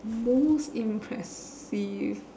most impressive